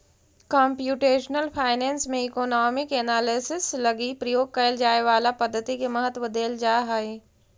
computational finance में economic analysis लगी प्रयोग कैल जाए वाला पद्धति के महत्व देल जा हई